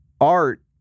art